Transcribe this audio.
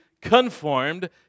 conformed